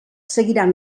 seguiran